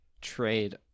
trade